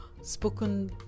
spoken